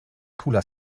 cooler